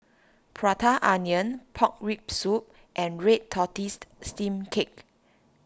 Prata Onion Pork Rib Soup and Red Tortoise Steamed Cake